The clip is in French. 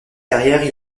carrière